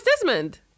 Desmond